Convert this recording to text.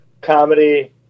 comedy